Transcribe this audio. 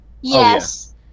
yes